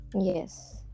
Yes